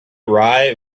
rye